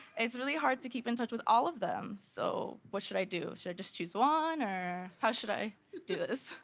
it's really hard to keep in touch with all of them so, what should i do, should i just choose one, or how should i do this?